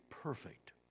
perfect